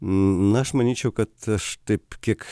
na aš manyčiau kad aš taip kiek